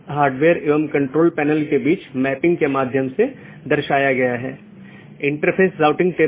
इसलिए एक multihome agent autonomous सिस्टमों के प्रतिबंधित सेट के लिए पारगमन कि तरह काम कर सकता है